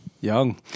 young